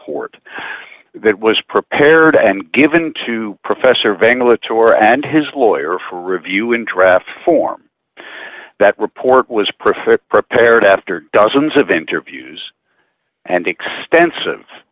report that was prepared and given to professor vinglish tour and his lawyer for review in draft form that report was perfect prepared after dozens of interviews and extensive